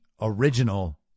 original